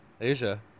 Asia